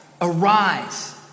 Arise